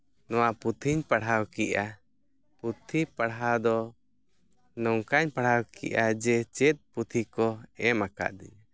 ᱱᱚᱣᱟ ᱯᱩᱛᱷᱤᱧ ᱯᱟᱲᱦᱟᱣ ᱠᱮᱜᱼᱟ ᱯᱩᱛᱷᱤ ᱯᱟᱲᱦᱟᱣ ᱫᱚ ᱱᱚᱝᱠᱟᱧ ᱯᱟᱲᱦᱟᱣ ᱠᱮᱜᱼᱟ ᱡᱮ ᱪᱮᱫ ᱯᱩᱛᱷᱤ ᱠᱚ ᱮᱢ ᱟᱠᱟᱫᱤᱧᱟᱹ